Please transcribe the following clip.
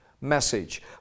message